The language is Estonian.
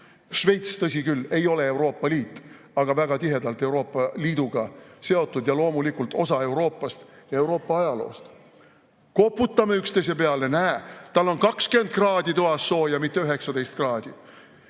Šveits, tõsi küll, ei ole Euroopa Liit, aga väga tihedalt Euroopa Liiduga seotud ja loomulikult osa Euroopast, Euroopa ajaloost. Koputame üksteise peale: näe, tal on 20 kraadi toas sooja, mitte 19 kraadi.